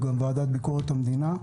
לביקורת המדינה.